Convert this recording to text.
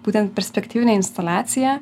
būtent perspektyvinė instaliacija